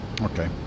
Okay